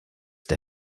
der